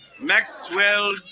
Maxwell